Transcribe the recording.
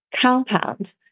compound